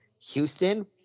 Houston